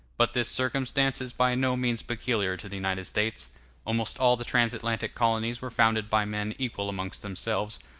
but this circumstance is by no means peculiar to the united states almost all the trans-atlantic colonies were founded by men equal amongst themselves,